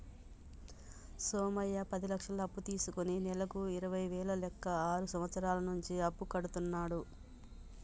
సోమయ్య పది లక్షలు అప్పు తీసుకుని నెలకు ఇరవై వేల లెక్క ఆరు సంవత్సరాల నుంచి అప్పు కడుతున్నాడు